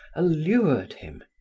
allured him.